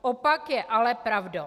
Opak je ale pravdou.